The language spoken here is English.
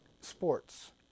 sports